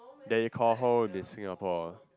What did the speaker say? that you call home the Singapore